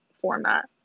format